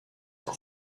for